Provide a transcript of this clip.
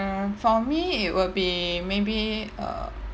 uh for me it would be maybe uh